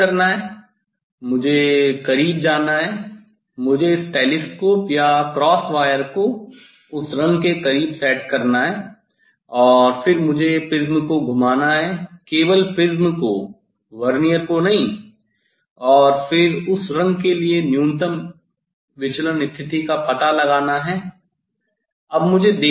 मुझे सेट करना है मुझे करीब जाना है मुझे इस टेलीस्कोप या क्रॉस वायर को रंग के करीब सेट करना है और फिर मुझे प्रिज्म को घुमाना है केवल प्रिज्म को वर्नियर को नहीं है और फिर उस रंग के लिए न्यूनतम विचलन स्थिति का पता लगाना है